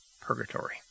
purgatory